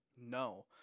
No